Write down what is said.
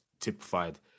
typified